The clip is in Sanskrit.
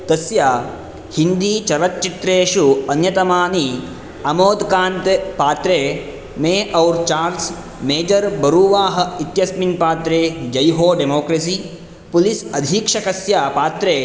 तस्य हिन्दीचलच्चित्रेषु अन्यतमानि अमोद् कान्त् पात्रे मे और् चार्ल्स मेजर् बरुवाह इत्यस्मिन् पात्रे जय् हो डेमोक्रेसी पुलिस् अधीक्षकस्य पात्रे आङ्ग्री इण्डियन् गाडेसस् इत्यादीनि सन्ति